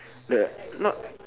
the not